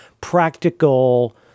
practical